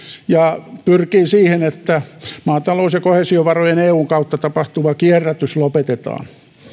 ja pyrkii siihen että maatalous ja koheesiovarojen eun kautta tapahtuva kierrätys lopetetaan